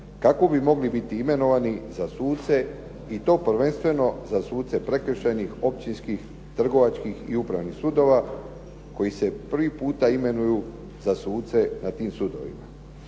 kako bi mogli biti imenovani za suce, i to prvenstveno za suce prekršajnih, općinskih, trgovačkih i upravnih sudova koji se prvi puta imenuju za suce na tim sudovima.